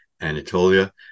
Anatolia